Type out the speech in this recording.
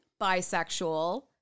bisexual